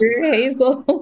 Hazel